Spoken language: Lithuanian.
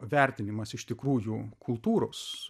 vertinimas iš tikrųjų kultūros